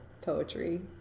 poetry